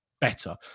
better